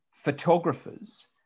photographers